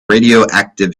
radioactive